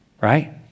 right